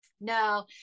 No